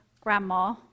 grandma